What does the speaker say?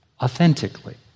authentically